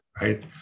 right